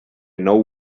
nou